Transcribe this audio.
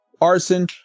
arson